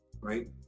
right